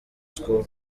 school